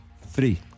three